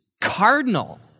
cardinal